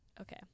Okay